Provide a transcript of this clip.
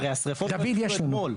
יש לנו הכול.